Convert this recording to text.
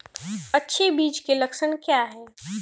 अच्छे बीज के लक्षण क्या हैं?